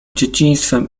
dzieciństwem